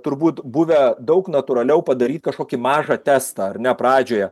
turbūt buvę daug natūraliau padaryt kažkokį mažą testą ar ne pradžioje